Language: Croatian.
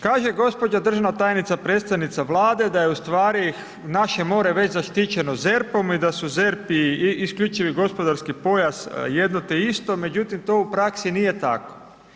Kaže gospođa državna tajnica, predstojnica Vlade da je ustvari naše more već zaštićeno ZERP-om i da su ZERP i isključivi gospodarski pojas jedno te isto, međutim to u praksi nije tako.